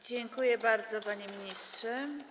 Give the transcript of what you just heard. Dziękuję bardzo, panie ministrze.